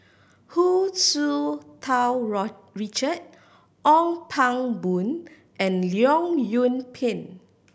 Hu Tsu Tau Richard Ong Pang Boon and Leong Yoon Pin